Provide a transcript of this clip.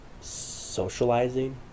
socializing